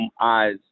eyes